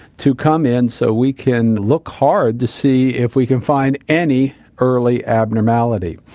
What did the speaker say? to come in so we can look hard to see if we can find any early abnormality.